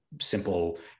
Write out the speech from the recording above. simple